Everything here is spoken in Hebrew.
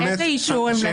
איזה אישור הם נתנו לו?